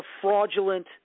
fraudulent